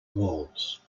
walls